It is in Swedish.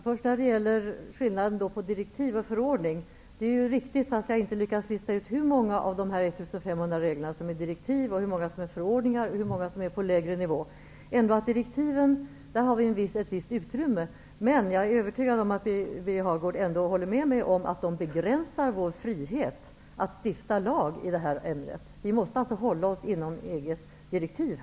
Herr talman! Det är riktigt att det är skillnad på direktiv och förordning. Jag har dock inte lyckats lista ut hur många av dessa 1 500 regler som är direktiv, hur många som är förordningar och hur många som är på lägre nivå. När det gäller direktiven har vi ändå ett visst utrymme, men jag är övertygad om att Birger Hagård håller med om att de begränsar vår frihet att stifta lag i detta ämne. Vi måste alltså hålla oss inom EG:s direktiv.